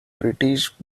british